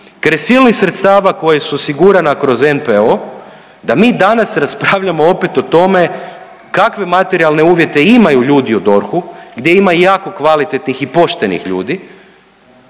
silnih sredstava koji su osigurana kroz NPOO, da mi danas raspravljamo opet o tome kakve materijalne uvjete imaju ljudi u DORH-u, gdje ima i jako kvalitetnih i poštenih ljudi,